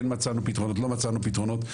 כן מצאנו פתרונות, לא מצאנו פתרונות.